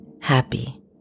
happy